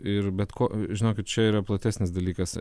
ir bet ko žinokit čia yra platesnis dalykas